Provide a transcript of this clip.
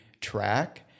track